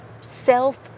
self